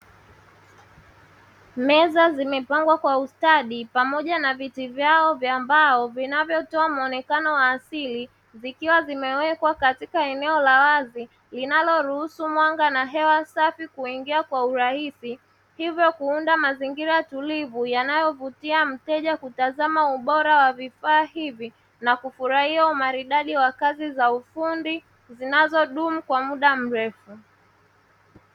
Meza zimepangwa kwa ustadi pamoja na viti vyao vya mbao vinavyotoa muonekano wa asili zikiwa zimewekwa katika eneo la wazi linaloruhusu mwanga na hewa safi kuingia kwa urahisi, hivyo kuunda mazingira tulivu yanayovutia mteja kutazama ubora wa vifaa hivi, na kufurahia umaridadi wa kazi za ufundi zinazodumu kwa muda mrefu.